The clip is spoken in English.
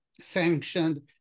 sanctioned